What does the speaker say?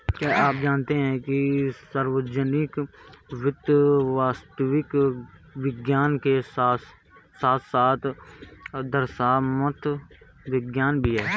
क्या आप जानते है सार्वजनिक वित्त वास्तविक विज्ञान के साथ साथ आदर्शात्मक विज्ञान भी है?